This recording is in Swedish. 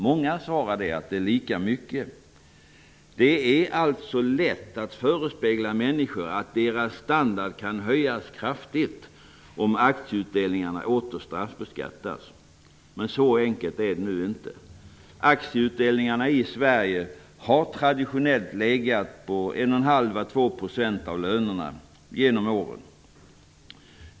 Många svarar så. Det är alltså lätt att förespegla människor att deras standard kan höjas kraftigt om aktieutdelningarna åter straffbeskattas. Så enkelt är det nu inte. Aktieutdelningarna i Sverige har genom åren traditionellt legat på 1,5--2,0 % av lönerna.